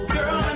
Girl